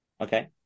Okay